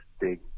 big